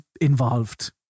involved